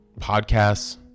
podcasts